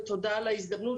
ותודה על ההזדמנות.